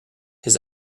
his